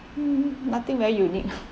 mm nothing very unique